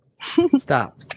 stop